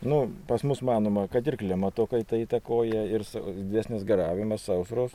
nu pas mus manoma kad ir klimato kaita įtakoja ir didesnis garavimas sausros